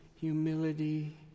humility